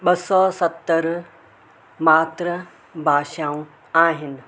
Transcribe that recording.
ॿ सौ सतरि मातृ भाषाऊं आहिनि